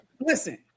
listen